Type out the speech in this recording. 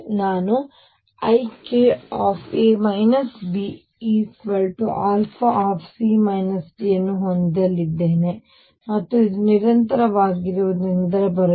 ಮತ್ತು ನಾನು ikA Bα ಅನ್ನು ಹೊಂದಲಿದ್ದೇನೆ ಮತ್ತು ಇದು ನಿರಂತರವಾಗಿರುವುದರಿಂದ ಬರುತ್ತದೆ